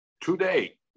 today